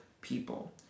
people